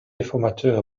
réformateur